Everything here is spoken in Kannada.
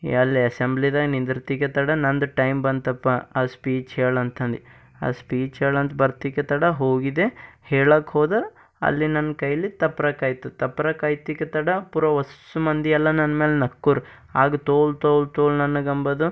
ಎಲ್ಲಿ ಎಸೆಂಬ್ಲಿದಾಗೆ ನಿಂದರ್ತಿಗೆ ತಡ ನಂದು ಟೈಮ್ ಬಂತಪ್ಪ ಆ ಸ್ಪೀಚ್ ಹೇಳಂತಂದು ಆ ಸ್ಪೀಚ್ ಹೇಳಂತ ಬರ್ತಿಕೆ ತಡ ಹೋಗಿದ್ದೆ ಹೇಳಕ್ಕೋದೆ ಅಲ್ಲಿ ನನ್ನ ಕೈಯಲ್ಲಿ ತಪ್ರಕಾಯಿತು ತಪ್ರಕಾಯ್ತಿಕೆ ತಡ ಪೂರಾ ಓಸ್ ಮಂದಿಯೆಲ್ಲ ನನ್ಮೇಲೆ ನಕ್ಕರು ಆಗ ತೋಲ್ ತೋಲ್ ತೋಲ್ ನನಗಂಬದು